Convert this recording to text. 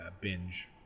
binge